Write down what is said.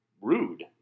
rude